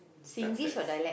success